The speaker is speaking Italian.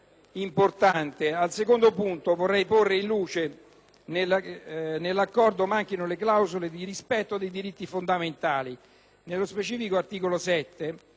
importante. Vorrei porre in luce come nell'Accordo manchino le clausole di rispetto dei diritti fondamentali. Nello specifico, l'articolo 7